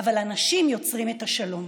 אבל אנשים יוצרים את השלום.